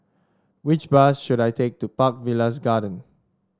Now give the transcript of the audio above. which bus should I take to Park Villas Garden